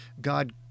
God